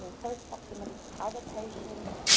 and close proximity to other patients,